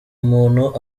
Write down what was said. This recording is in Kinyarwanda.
muntu